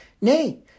Nay